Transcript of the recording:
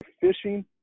fishing